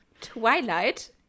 Twilight